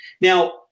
Now